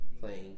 playing